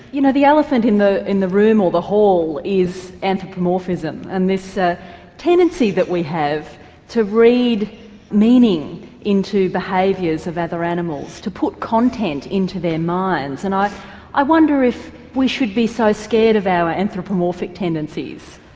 you know the elephant in the in the room or the hall is anthropomorphism, and this ah tendency that we have to read meaning into behaviours of other animals, to put content into their minds, and i wonder if we should be so scared of our anthropomorphic tendencies.